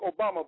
Obama